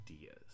ideas